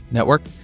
Network